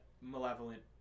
malevolent